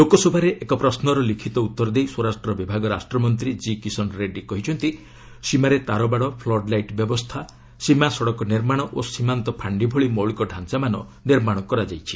ଲୋକସଭାରେ ଏକ ପ୍ରଶ୍ନର ଲିଖିତ ଉତ୍ତର ଦେଇ ସ୍ୱରାଷ୍ଟ୍ର ବିଭାଗ ରାଷ୍ଟ୍ରମନ୍ତ୍ରୀ ଜି କିଶନ୍ ରେଡ଼ି କହିଛନ୍ତି ସୀମାରେ ତାରବାଡ଼ ଫ୍ଲଡ୍ ଲାଇଟ୍ ବ୍ୟବସ୍ଥା ସୀମା ସଡ଼କ ନିର୍ମାଣ ଓ ସୀମାନ୍ତ ଫାଣ୍ଡି ଭଳି ମୌଳିକ ଡାଞ୍ଚାମାନ ନିର୍ମାଣ କରାଯାଇଛି